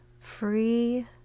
free